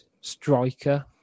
striker